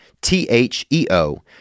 T-H-E-O